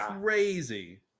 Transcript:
crazy